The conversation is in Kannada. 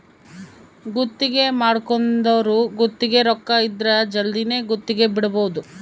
ಗುತ್ತಿಗೆ ಮಾಡ್ಕೊಂದೊರು ಗುತ್ತಿಗೆ ರೊಕ್ಕ ಇದ್ರ ಜಲ್ದಿನೆ ಗುತ್ತಿಗೆ ಬಿಡಬೋದು